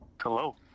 Hello